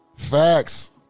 facts